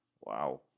Wow